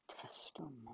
testimony